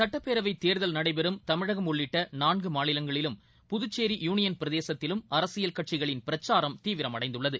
சுட்டப்பேரவைதேர்தல் நடைபெறும் தமிழகம் உள்ளிட்டநான்குமாநிலங்களிலும் புதுச்சேரி யூனியன் பிரதேசத்திலும் அரசியல் கட்சிகளின் பிரச்சாரம் தீவிரமடைந்துள்ளது